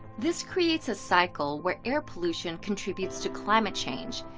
this creates a cycle where air pollution contributes to climate change.